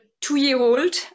two-year-old